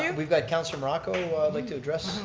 and we've got councilman like to address,